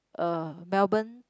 uh Melbourne